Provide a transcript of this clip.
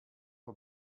for